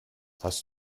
hast